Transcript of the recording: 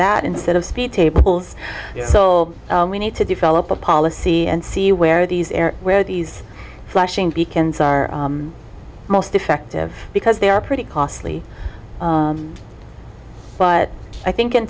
that instead of speed tables so we need to develop a policy and see where these areas where these flashing beacons are most effective because they are pretty costly but i think in